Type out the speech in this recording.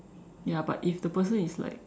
ya but if the person is like